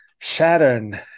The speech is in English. Saturn